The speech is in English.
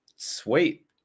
sweet